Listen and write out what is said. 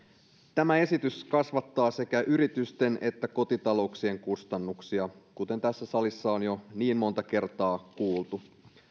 tämä esitys kasvattaa sekä yritysten että kotitalouksien kustannuksia kuten tässä salissa on jo niin monta kertaa kuultu